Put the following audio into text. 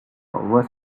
was